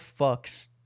fucks